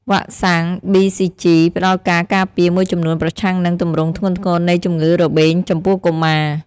វ៉ាក់សាំង BCG ផ្តល់ការការពារមួយចំនួនប្រឆាំងនឹងទម្រង់ធ្ងន់ធ្ងរនៃជំងឺរបេងចំពោះកុមារ។